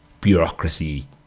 bureaucracy